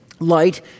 Light